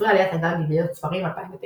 ספרי עליית הגג, ידיעות ספרים, 2009